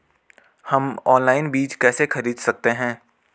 हम ऑनलाइन बीज कैसे खरीद सकते हैं?